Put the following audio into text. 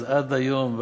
אז עד היום,